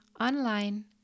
online